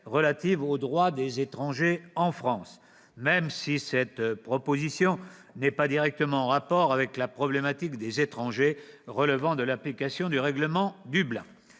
relative au droit des étrangers en France, même si cette proposition n'est pas directement en rapport avec la problématique des étrangers relevant de l'application du règlement Dublin.